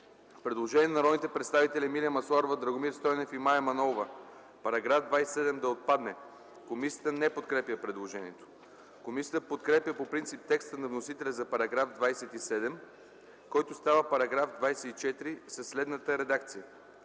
предложение на народните представители Емилия Масларова, Драгомир Стойнев и Мая Манолова –§ 27 да отпадне. Комисията не подкрепя предложението. Комисията подкрепя по принцип текста на вносителя за § 27, който става § 24, със следната редакция: